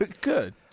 Good